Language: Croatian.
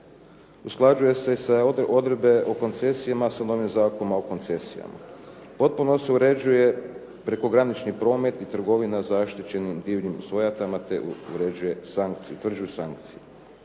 Usklađuju se odredbe o koncesijama sa novim zakonima o koncesijama. Potpuno se uređuje prekogranični promet i trgovina zaštićenim divljim svojtama te utvrđuju sankcije.